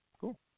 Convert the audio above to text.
cool